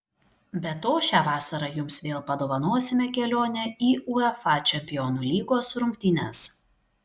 be to šią vasarą jums vėl padovanosime kelionę į uefa čempionų lygos rungtynes